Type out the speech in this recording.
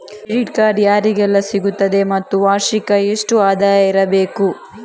Credit card ಯಾರಿಗೆಲ್ಲ ಸಿಗುತ್ತದೆ ಮತ್ತು ವಾರ್ಷಿಕ ಎಷ್ಟು ಆದಾಯ ಇರಬೇಕು?